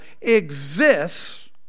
exists